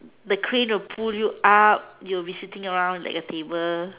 the crane will pull you up you will be sitting around like a table